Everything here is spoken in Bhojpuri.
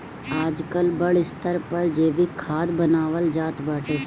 आजकल बड़ स्तर पर जैविक खाद बानवल जात बाटे